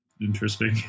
interesting